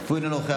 אף הוא אינו נוכח,